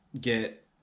get